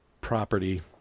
property